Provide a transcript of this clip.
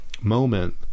moment